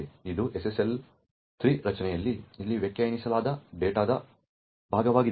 ಇದು SSL 3 ರಚನೆಯಲ್ಲಿ ಇಲ್ಲಿ ವ್ಯಾಖ್ಯಾನಿಸಲಾದ ಡೇಟಾದ ಭಾಗವಾಗಿದೆ